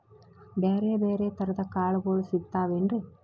ಬ್ಯಾರೆ ಬ್ಯಾರೆ ತರದ್ ಕಾಳಗೊಳು ಸಿಗತಾವೇನ್ರಿ?